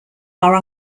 are